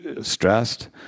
stressed